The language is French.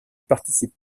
participe